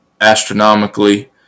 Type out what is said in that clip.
astronomically